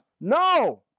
No